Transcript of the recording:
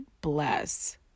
bless